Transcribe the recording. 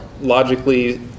logically